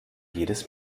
jedes